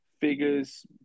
figures